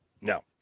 No